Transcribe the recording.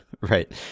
Right